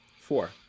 Four